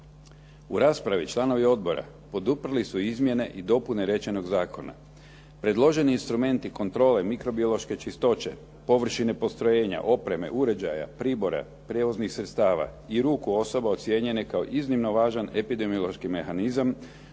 U raspravi članovi odbora poduprli su izmjene i dopune rečenog zakona. Predloženi instrumenti kontrole mikrobiološke čistoće, površine postrojenja, opreme, uređaja, pribora, prijevoznih sredstava i ruku osoba ocijenjene kao iznimno važan epidemiološki mehanizam